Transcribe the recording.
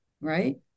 right